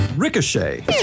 Ricochet